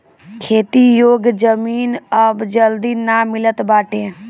खेती योग्य जमीन अब जल्दी ना मिलत बाटे